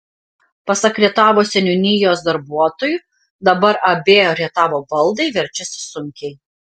pasak rietavo seniūnijos darbuotojų dabar ab rietavo baldai verčiasi sunkiai